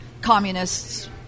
communists